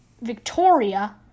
Victoria